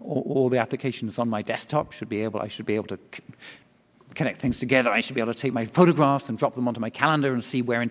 all the applications on my desktop should be able i should be able to connect things together i should be either take my photographs and drop them on to my calendar and see where in